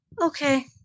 Okay